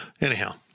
Anyhow